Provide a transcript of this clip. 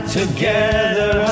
together